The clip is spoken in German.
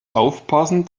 aufpassen